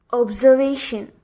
observation